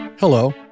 Hello